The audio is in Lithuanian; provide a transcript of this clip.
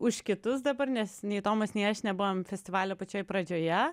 už kitus dabar nes nei tomas nei aš nebuvom festivalio pačioj pradžioje